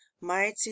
mighty